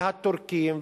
והטורקים,